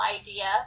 idea